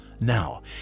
Now